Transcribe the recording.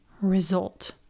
result